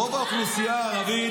רוב האוכלוסייה הערבית,